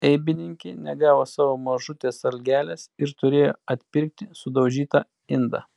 eibininkė negavo savo mažutės algelės ir turėjo atpirkti sudaužytą indą